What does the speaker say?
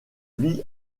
vis